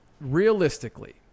realistically